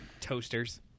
Toasters